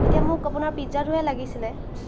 এতিয়া মোক আপোনাৰ পিজ্জাটোহে লাগিছিলে